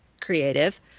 creative